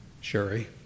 Sherry